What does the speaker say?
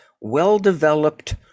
well-developed